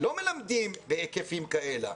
לא מלמדים בהיקפים כאלה,